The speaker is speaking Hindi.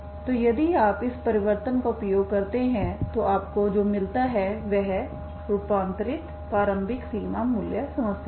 तो यदि आप इस परिवर्तन का उपयोग करते हैं तो आपको जो मिलता है वह रूपांतरित प्रारंभिक सीमा मूल्य समस्या है